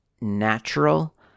natural